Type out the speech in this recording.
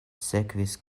sekvis